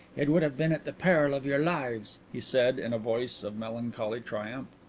it would have been at the peril of your lives, he said, in a voice of melancholy triumph.